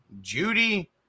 judy